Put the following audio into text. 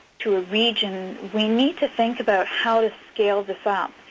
to a region, we need to think about how to scale this up.